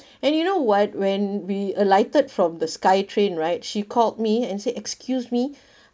and you know what when we alighted from the sky train right she called me and say excuse me